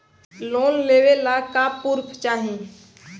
Loan लेवे ला का पुर्फ चाही?